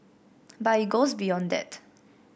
but it goes beyond that